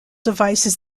devices